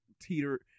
teeter